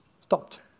stopped